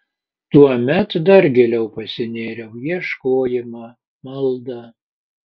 tuomet dar giliau pasinėriau į ieškojimą maldą